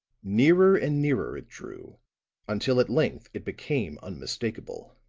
nearer and nearer it drew until at length it became unmistakable.